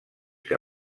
que